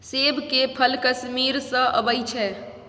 सेब के फल कश्मीर सँ अबई छै